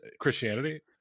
Christianity